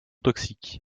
toxique